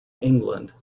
england